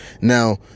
Now